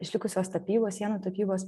išlikusios tapybos sienų tapybos